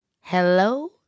Hello